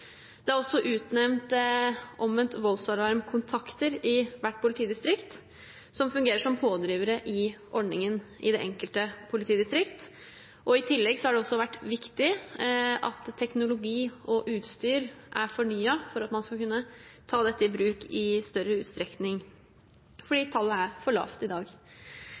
Det er også utnevnt omvendt voldsalarm-kontakter i hvert politidistrikt. Disse fungerer som pådrivere i ordningen i det enkelte politidistrikt. I tillegg har det også vært viktig at teknologi og utstyr er fornyet, sånn at man skal kunne ta dette i bruk i større utstrekning, for tallet er for lavt i dag.